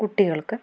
കുട്ടികള്ക്ക്